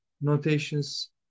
notations